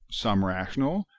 some rational,